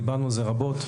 דיברנו על זה רבות.